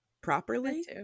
properly